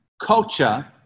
Culture